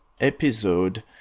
episode